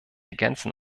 ergänzen